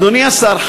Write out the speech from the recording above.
אדוני השר,